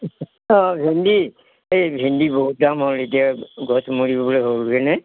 অঁ ভেন্দী এই ভেন্দী বহুত দাম হ'ল এতিয়া গছ মৰিবলে হ'লগৈ যে